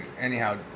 Anyhow